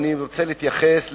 חברי חברי הכנסת,